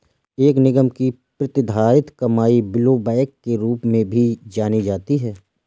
एक निगम की प्रतिधारित कमाई ब्लोबैक के रूप में भी जानी जाती है